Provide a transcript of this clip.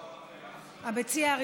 מס' 10118 ו-10149.